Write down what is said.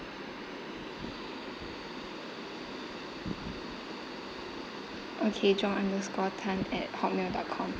okay john underscore tan at hotmail dot com